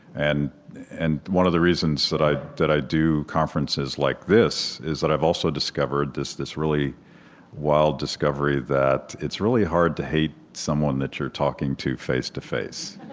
and and one of the reasons that i that i do conferences like this is that i've also discovered this this really wild discovery that it's really hard to hate someone that you're talking to face-to-face.